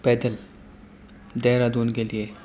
پیدل دہرادون کے لیے